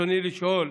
רצוני לשאול: